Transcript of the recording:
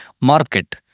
market